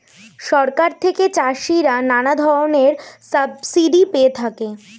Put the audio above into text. সরকার থেকে চাষিরা নানা ধরনের সাবসিডি পেয়ে থাকে